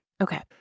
Okay